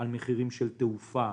מחירים של תעופה